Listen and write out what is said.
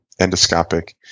endoscopic